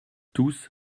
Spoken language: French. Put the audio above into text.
tous